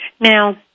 Now